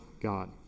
God